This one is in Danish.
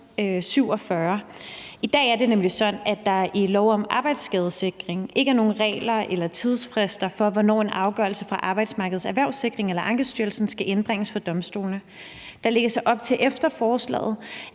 I dag er det nemlig sådan, at der i lov om arbejdsskadesikring ikke er nogen regler eller tidsfrister for, hvornår en afgørelse fra Arbejdsmarkedets Erhvervssikring eller fra Ankestyrelsen skal indbringes for domstolene. Med lovforslaget